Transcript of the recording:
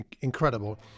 incredible